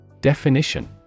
Definition